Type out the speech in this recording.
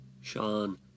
Sean